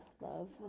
love